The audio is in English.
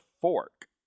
fork